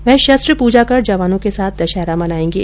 वह शस्त्र पूजा कर जवानों के साथ दशहरा मनाएंगे